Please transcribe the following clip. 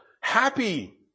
Happy